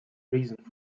reasons